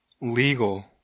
legal